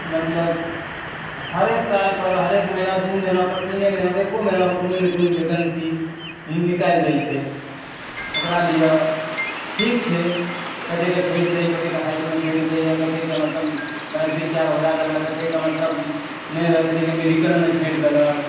मतलब हरेक साल पर हरेक महीना दू महीना पर तीने महीना पर एक्को महीना पर कोनो न कोनो वैकेन्सी निकालि दय छै ओकरा लिअ ठीक छै कतयके छाँटि दयए कतयके हाइटमे छाँटि दयए कतयके मतलब मारि पिट कएके भगा देलक कतयके मतलब नहि रखैत छै मेडिकलमे छाँटि देलक